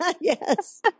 Yes